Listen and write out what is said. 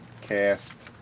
cast